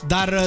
Dar